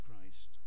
Christ